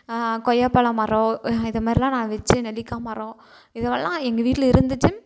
கொய்யாப்பழம் மரம் இது மாதிரிலான் நான் வச்சி நெல்லிக்காய் மரம் இதுவெல்லாம் எங்கள் வீட்டில் இருந்துச்சு